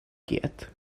quiet